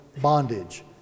bondage